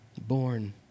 Born